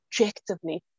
objectively